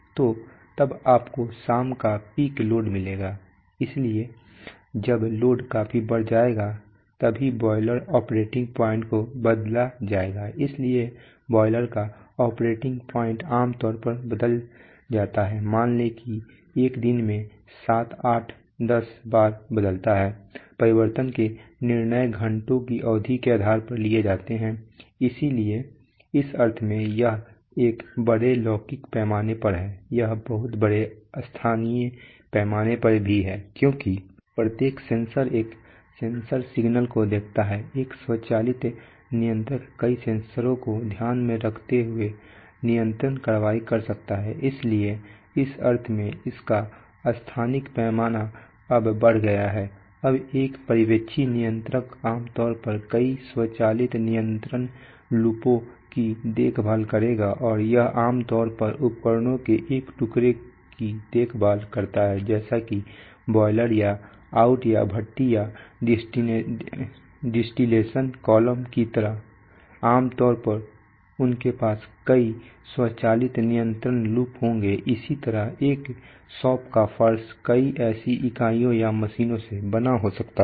तो तब आपको शाम का पीक लोड मिलेगा इसलिए जब लोड काफी बढ़ जाएगा तभी बॉयलर ऑपरेटिंग पॉइंट को बदला जाएगा इसलिए बॉयलर का ऑपरेटिंग पॉइंट आमतौर पर बदल जाता है मान लें कि एक दिन में सात आठ दस बार बदलता है परिवर्तन के निर्णय घंटों की अवधि के आधार पर लिए जाते हैं इसलिए इस अर्थ में यह एक बड़े लौकिक पैमाने पर है यह बहुत बड़े स्थानिक पैमाने पर भी है क्योंकि प्रत्येक सेंसर एक सेंसर सिग्नल को देखता है एक स्वचालित नियंत्रक कई सेंसरों को ध्यान में रखते हुए नियंत्रण कार्रवाई कर सकता है इसलिए इस अर्थ में इसका स्थानिक पैमाना अब बढ़ गया है अब एक पर्यवेक्षी नियंत्रक आमतौर पर कई स्वचालित नियंत्रण लूपों की देखभाल करेगा और यह आम तौर पर उपकरणों के एक टुकड़े की देखभाल करता है जैसे कि बॉयलर या आउट या भट्टी या डिस्टिलेशन कॉलम की तरह आमतौर पर उनके पास कई स्वचालित नियंत्रण लूप होंगे इसी तरह एक शॉप का फर्श कई ऐसी इकाइयों या मशीनों से बना हो सकता है